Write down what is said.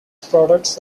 products